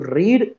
read